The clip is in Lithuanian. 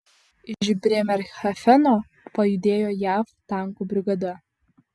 iš brėmerhafeno pajudėjo jav tankų brigada